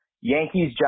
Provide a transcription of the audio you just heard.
Yankees